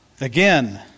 Again